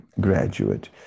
graduate